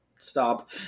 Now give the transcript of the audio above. Stop